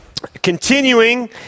continuing